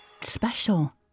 special